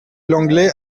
lenglet